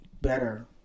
better